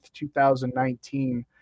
2019